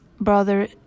brother